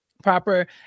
proper